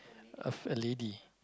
of a lady